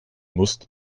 musst